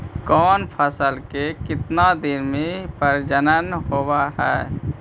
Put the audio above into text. कौन फैसल के कितना दिन मे परजनन होब हय?